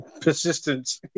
Persistence